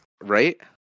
Right